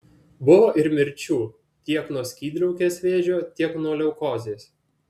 buvo ir mirčių tiek nuo skydliaukės vėžio tiek nuo leukozės